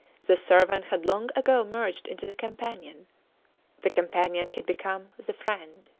the servant had long ago merged into the companion the companion had become the friend.